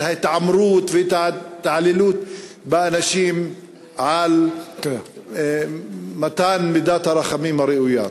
ההתעמרות ואת ההתעללות באנשים על מתן מידת הרחמים הראויה.